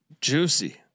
juicy